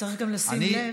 צריך גם לשים לב,